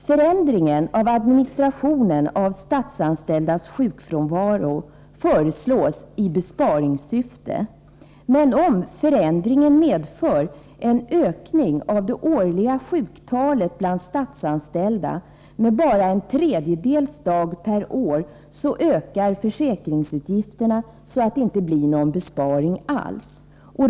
Förändringen i administrationen av statsanställdas sjukfrånvaro föreslås i besparingssyfte. 101 Men om förändringen medför en ökning av den årliga sjukfrånvaron bland statsanställda med bara en tredjedels dag per år ökar försäkringsutgifterna, och det blir inte någon besparing alls.